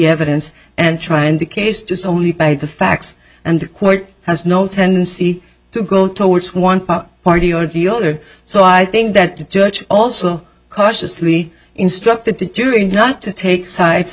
evidence and trying the case just only by the facts and the court has no tendency to go towards one party or viewer so i think that the church also cautiously instructed to truly not to take sides